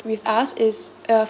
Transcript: with us is uh